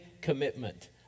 commitment